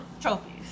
trophies